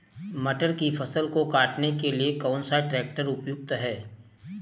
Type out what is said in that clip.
मटर की फसल को काटने के लिए कौन सा ट्रैक्टर उपयुक्त है?